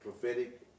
prophetic